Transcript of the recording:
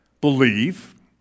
Believe